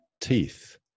teeth